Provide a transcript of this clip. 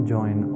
Join